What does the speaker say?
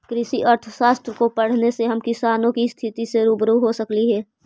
कृषि अर्थशास्त्र को पढ़ने से हम किसानों की स्थिति से रूबरू हो सकली हे